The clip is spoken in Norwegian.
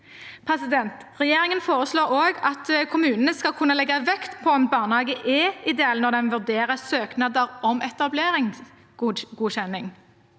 Regjeringen foreslår også at kommunene skal kunne legge vekt på om barnehagen er ideell når de vurderer søknader om etableringsgodkjenning.